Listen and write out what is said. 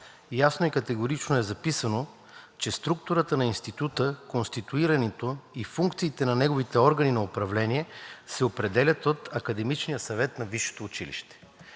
ясно и категорично е записано, че структурата на института, конституирането и функциите на неговите органи на управление се определят от академичния съвет на висшето училище.